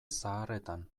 zaharretan